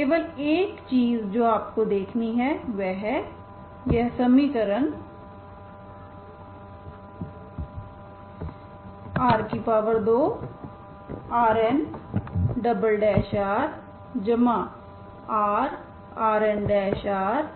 केवल एक चीज जो आपको देखनी है वह है यह समीकरण r2RnrrRnr n222 12 Rnr0